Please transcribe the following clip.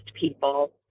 people